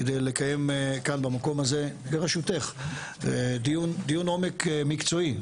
כדי לקיים כאן במקום הזה בראשותך דיון עומק מקצועי,